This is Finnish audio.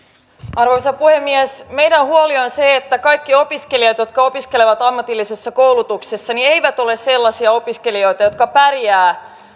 arvoisa puhemies meidän huolemme on se että kaikki opiskelijat jotka opiskelevat ammatillisessa koulutuksessa eivät ole sellaisia opiskelijoita jotka pärjäävät